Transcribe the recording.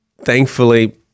Thankfully